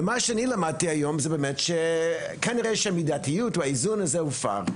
ומה שאני למדתי היום הוא באמת כנראה שהמידתיות או האיזון הזה הופר.